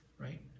right